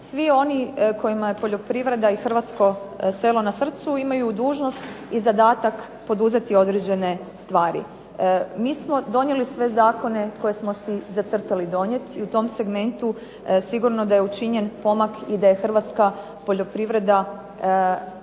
Svi oni kojima je poljoprivreda i hrvatsko selo na srcu imaju dužnost i zadatak poduzeti određene stvari. Mi smo donijeli sve zakone koje smo si zacrtali donijeti i u tom segmentu sigurno da je učinjen pomak i da je hrvatska poljoprivreda